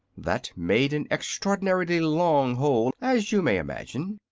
that made an extraordinary long hole, as you may imagine,